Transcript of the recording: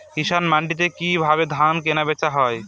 কৃষান মান্ডিতে কি ভাবে ধান কেনাবেচা হয়?